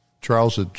Charles